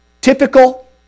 typical